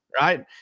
right